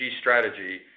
strategy